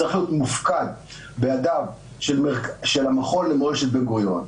צריך להיות מופקד בידיו של המכון למורשת בן-גוריון,